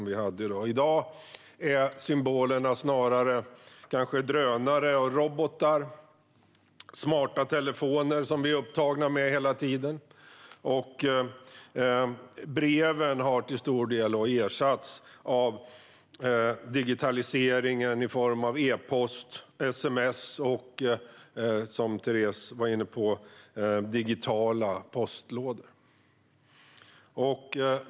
I dag är symbolerna snarare drönare, robotar och smarta telefoner som vi är upptagna med hela tiden. Brev har till stor del ersatts av digitalisering i form av e-post, sms och, som Teres var inne på, digitala postlådor.